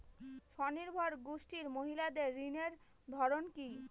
স্বনির্ভর গোষ্ঠীর মহিলাদের ঋণের ধরন কি?